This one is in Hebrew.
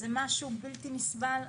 זה משהו בלתי נסבל.